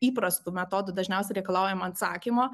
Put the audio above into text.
įprastu metodu dažniausiai reikalaujama atsakymo